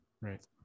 Right